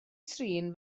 trin